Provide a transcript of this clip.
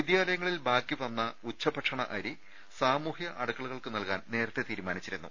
വിദ്യാലയങ്ങളിൽ ബാക്കി വന്ന ഉച്ചഭക്ഷണ അരി സാമൂഹ്യ അടുക്കളകൾക്ക് നൽകാൻ നേരത്തെ തീരുമാനിച്ചിരുന്നു